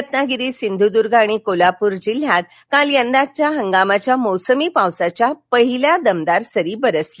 रत्नागिरी सिंधूदूर्ग आणि कोल्हापूर जिल्ह्यात काल यंदाच्या हंगामाच्या मोसमी पावसाच्या पहिल्या दमदार सरी बरसल्या